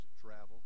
travel